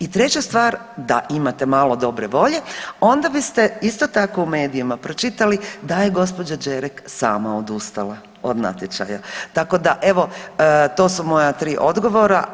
I treća stvar, da imate malo dobre volje onda biste isto tako u medijima pročitali da je gospođa Đerek sama odustala od natječaja, tako da evo to su moja tri odgovora.